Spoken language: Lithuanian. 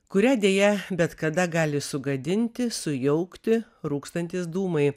kuria deja bet kada gali sugadinti sujaukti rūkstantys dūmai